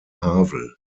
havel